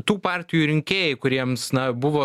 tų partijų rinkėjai kuriems na buvo